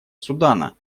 судана